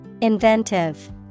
Inventive